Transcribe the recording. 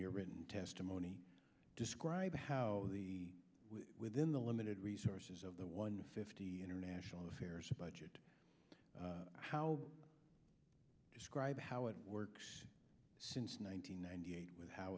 your written testimony describe how the within the limited resources of the one fifty international affairs budget how describe how it works since nine hundred ninety eight with how